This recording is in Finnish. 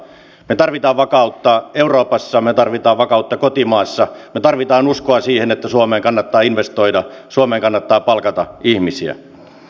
me tarvitsemme vakautta euroopassa me tarvitsemme vakautta kotimaassa me tarvitsemme uskoa siihen että suomeen kannattaa investoida suomeen kannattaa palkata ihmisiä